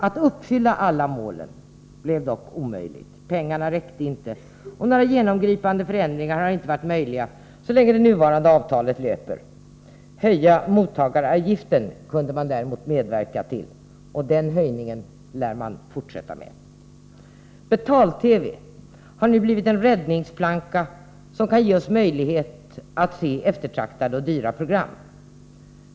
Att uppfylla alla målen blev dock omöjligt — pengarna räckte inte, och några genomgripande förändringar var inte möjliga så länge det nuvarande avtalet löpte. Att höja mottagaravgiften kunde man däremot medverka till, och den höjningen lär man fortsätta med. Betal-TV har nu blivit en räddningsplanka som kan ge oss möjlighet att se eftertraktade och dyra program.